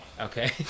okay